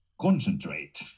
concentrate